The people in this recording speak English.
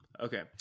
Okay